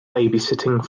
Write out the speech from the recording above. babysitting